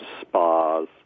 spas